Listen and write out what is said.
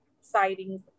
sightings